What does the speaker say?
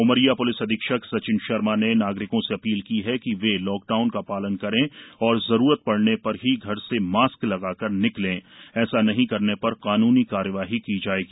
Umaria police अधीक्षक सचिन शर्मा ने नागरिकों से अपील की है कि वे लाकडाउन का पालन करे और जरूरत पड़ने पर घर से मास्क लगाकर निकले ऐसा नहीं करने पर कानूनी कार्यवाही की जायेगी